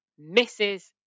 Mrs